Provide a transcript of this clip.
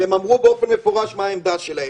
והם אמרו באופן מפורש מה העמדה שלהם.